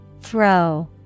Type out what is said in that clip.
Throw